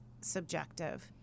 subjective